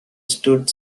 stood